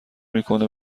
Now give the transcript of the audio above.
میکنه